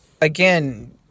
again